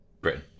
Britain